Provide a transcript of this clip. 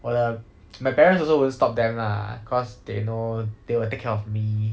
我的 my parents also won't stop them lah cause they know they will take care of me